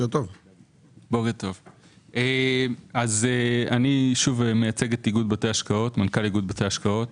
אני מנכ"ל איגוד בתי ההשקעות.